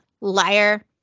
liar